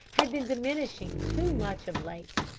had been diminishing too much of late.